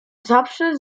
zawsze